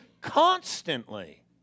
constantly